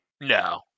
No